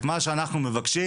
את מה שאנחנו מבקשים,